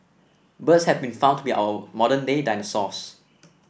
birds have been found to be our modern day dinosaurs